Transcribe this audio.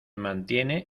mantiene